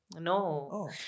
No